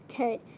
Okay